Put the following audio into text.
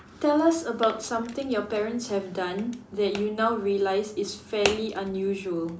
tell us about something your parents have done that you now realise is fairly unusual